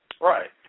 Right